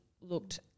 looked